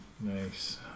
Nice